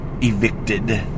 evicted